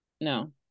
No